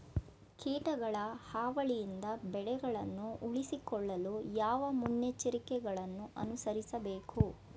ಕೀಟಗಳ ಹಾವಳಿಯಿಂದ ಬೆಳೆಗಳನ್ನು ಉಳಿಸಿಕೊಳ್ಳಲು ಯಾವ ಮುನ್ನೆಚ್ಚರಿಕೆಗಳನ್ನು ಅನುಸರಿಸಬೇಕು?